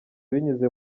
binyuze